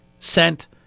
sent